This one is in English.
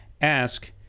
Ask